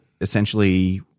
essentially